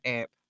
app